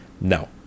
No